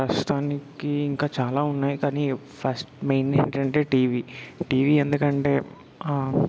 ప్రస్తుతానికి ఇంకా చాలా ఉన్నాయి కానీ ఫస్ట్ మెయిన్ ఏంటంటే టీవీ టీవీ ఎందుకంటే